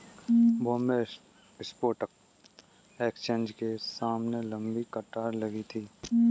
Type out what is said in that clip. Bombay stock exchange के सामने लंबी कतार लगी थी